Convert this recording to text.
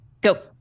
go